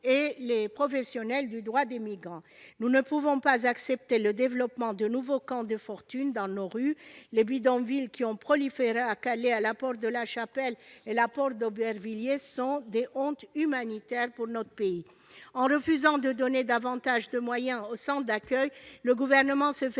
et des professionnels du droit des migrants. Nous ne pouvons pas accepter l'installation de nouveaux camps de fortune dans nos rues. Les bidonvilles qui ont proliféré à Calais ou aux portes de la Chapelle et d'Aubervilliers sont des hontes humanitaires pour notre pays. En refusant d'accorder davantage de moyens aux centres d'hébergement, le Gouvernement se fait